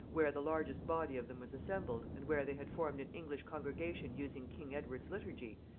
where the largest body of them was assembled, and where they had formed an english congregation using king edward's liturgy,